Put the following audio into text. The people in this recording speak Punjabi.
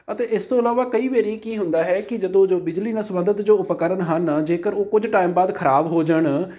ਅਤੇ ਇਸ ਤੋਂ ਇਲਾਵਾ ਕਈ ਵਾਰੀ ਕੀ ਹੁੰਦਾ ਹੈ ਕਿ ਜਦੋਂ ਜੋ ਬਿਜਲੀ ਨਾਲ ਸੰਬੰਧਿਤ ਜੋ ਉਪਕਰਨ ਹਨ ਜੇਕਰ ਉਹ ਕੁਝ ਟਾਈਮ ਬਾਅਦ ਖਰਾਬ ਹੋ ਜਾਣ